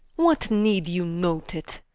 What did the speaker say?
what need you note it?